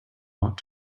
want